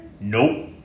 nope